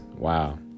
Wow